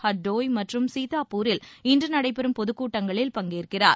ஹர்டோய் மற்றும் சீத்தாப்பூரில் இன்று நடைபெறும் பொதுக்கூட்டங்களில் பங்கேற்கிறார்